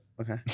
Okay